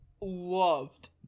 loved